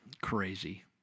crazy